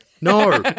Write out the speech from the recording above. No